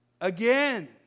again